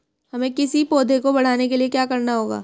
हमें किसी पौधे को बढ़ाने के लिये क्या करना होगा?